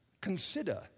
consider